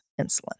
insulin